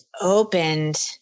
opened